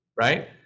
right